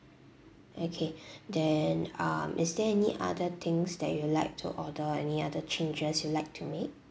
okay then um is there any other things that you would like to order or any other changes you like to make